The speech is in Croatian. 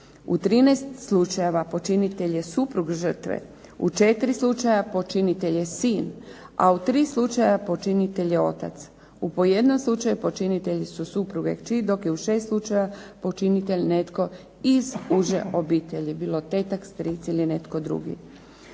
U 13 slučajeva počinitelj je suprug žrtve, u 4 slučaja počinitelj je sin, a u 3 slučaja počinitelj je otac. U po jednom slučaju počinitelji su supruga i kći, dok je u 6 slučajeva počinitelj netko iz uže obitelji, bilo tetak, stric ili netko drugi.